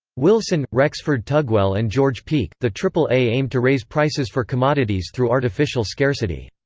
wilson, rexford tugwell and george peek the aaa aimed to raise prices for commodities through artificial scarcity.